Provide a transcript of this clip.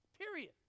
period